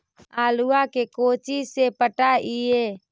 आलुआ के कोचि से पटाइए?